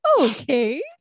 okay